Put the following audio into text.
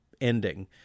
ending